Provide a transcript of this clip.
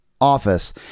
office